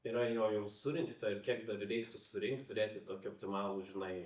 yra jo jau surinkta ir kiek dar reiktų surinkt turėti tokį optimalų žinai